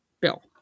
bill